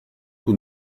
que